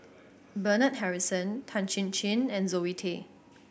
Bernard Harrison Tan Chin Chin and Zoe Tay